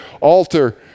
altar